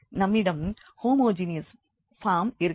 நம்மிடம் homogeneous form இருக்கிறது